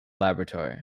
laboratory